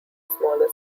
smaller